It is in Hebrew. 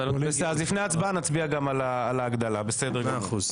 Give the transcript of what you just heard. אז לפני ההצבעה, נצביע גם על ההגדלה, בסדר גמור.